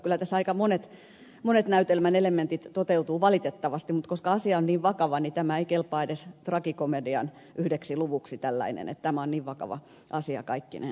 kyllä tässä aika monet näytelmän elementit toteutuvat valitettavasti mutta koska asia on niin vakava niin tämä ei kelpaa edes tragikomedian yhdeksi luvuksi tämä on niin vakava asia kaikkinensa